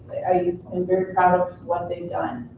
i am very proud of what they've done.